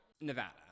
Nevada